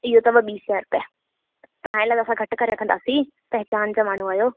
इहो अथव ॿीं सै रुपिया तव्हां लाइ असां घटि करे रखंदासीं पहिचान जा माण्हू आहियो